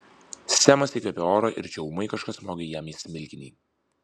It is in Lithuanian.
semas įkvėpė oro ir čia ūmai kažkas smogė jam į smilkinį